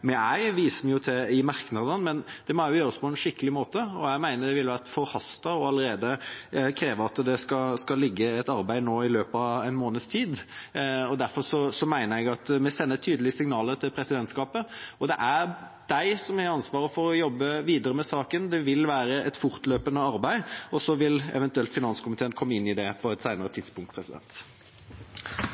til i merknadene, men det må også gjøres på en skikkelig måte. Jeg mener det vil være forhastet allerede å kreve at det skal foreligge et arbeid nå i løpet av en måneds tid. Jeg mener vi sender tydelige signaler til presidentskapet. Det er de som har ansvaret for å jobbe videre med saken. Dette vil være et fortløpende arbeid. Så vil eventuelt finanskomiteen komme inn i det på et senere tidspunkt.